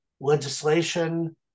legislation